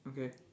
okay